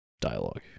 dialogue